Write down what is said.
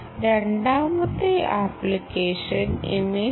രണ്ടാമത്തെ application image processing ആണ്